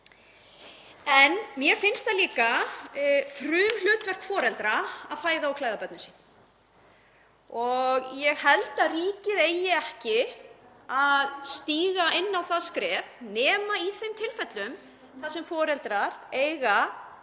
En mér finnst það líka frumhlutverk foreldra að fæða og klæða börnin sín og ég held að ríkið eigi ekki að stíga inn á það svið nema í þeim tilfellum þar sem foreldrar eiga